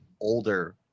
older